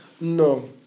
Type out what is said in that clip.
no